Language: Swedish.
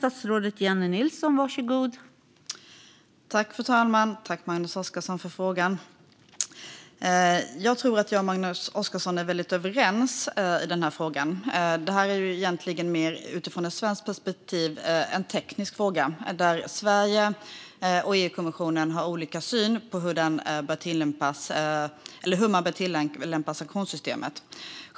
Fru talman! Jag tror att jag och Magnus Oscarsson är väldigt överens i den här frågan. Utifrån ett svenskt perspektiv är detta egentligen mer en teknisk fråga där Sverige och EU-kommissionen har olika syn på hur man bör tillämpa sanktionssystemet.